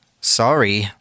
Sorry